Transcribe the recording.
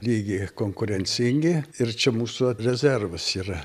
lygyje konkurencingi ir čia mūsų rezervas yra